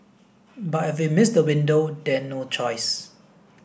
but if we miss the window then no choice